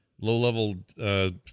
low-level